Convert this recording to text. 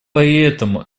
поэтому